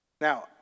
Now